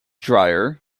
drier